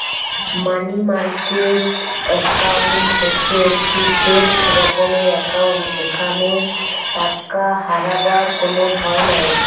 মানি market account হচ্ছে একটি safe রকমের একাউন্ট যেখানে টাকা হারাবার কোনো ভয় নাই